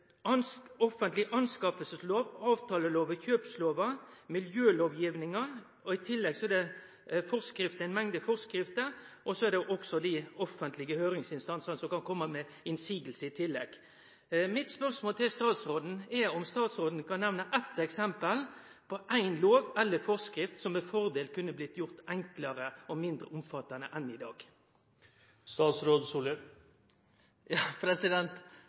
I tillegg er det ei mengde forskrifter, og så kan dei offentlege høyringsinstansane kome med motsegn. Mitt spørsmål til statsråden er om statsråden kan nemne eit eksempel på ein lov eller ei forskrift som med fordel kunne blitt gjort enklare og mindre omfattande enn i